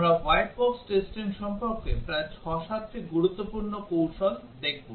আমরা white box testing সম্পর্কে প্রায় 6 7 টি গুরুত্বপূর্ণ কৌশল দেখব